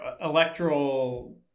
electoral